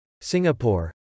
Singapore